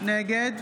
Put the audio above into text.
נגד